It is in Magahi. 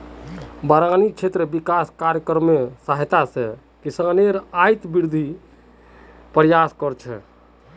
बारानी क्षेत्र विकास कार्यक्रमेर सहायता स किसानेर आइत वृद्धिर त न प्रयास कर छेक